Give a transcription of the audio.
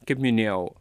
kaip minėjau